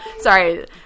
Sorry